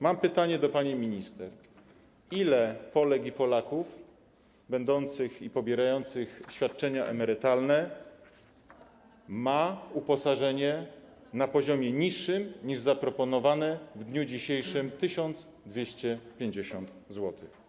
Mam pytanie do pani minister: Ile Polek i Polaków pobierających świadczenia emerytalne ma uposażenie na poziomie niższym niż zaproponowane w dniu dzisiejszym 1250 zł?